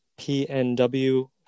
PNW